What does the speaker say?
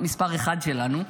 מספר 1 שלנו.